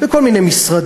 בכל מיני משרדים,